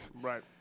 Right